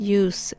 use